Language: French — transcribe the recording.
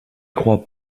crois